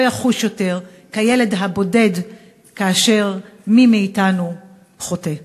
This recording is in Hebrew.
יחושו עוד כילד הבודד כאשר מי מאתנו חוטא.